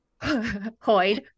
Hoid